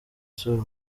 sol